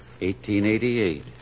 1888